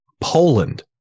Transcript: poland